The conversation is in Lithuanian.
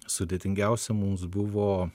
sudėtingiausia mums buvo